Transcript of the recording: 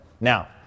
Now